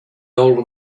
old